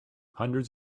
hundreds